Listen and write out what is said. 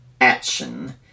action